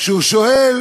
כשהוא שואל